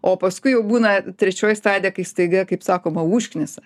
o paskui jau būna trečioji stadija kai staiga kaip sakoma užknisa